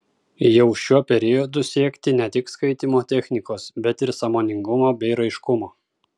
jau šiuo periodu siekti ne tik skaitymo technikos bet ir sąmoningumo bei raiškumo